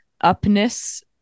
upness